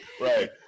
Right